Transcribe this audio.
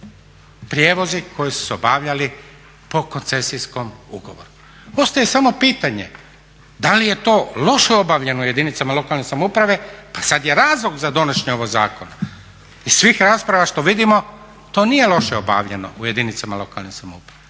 prijevozi koji su se obavljali po koncesijskom ugovoru. Ostaje samo pitanje da li je to loše obavljeno u jedinicama lokalne samouprave, pa sad je razlog za donošenje ovog zakona. Iz svih rasprava što vidimo to nije loše obavljeno u jedinicama lokalne samouprave